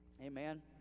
Amen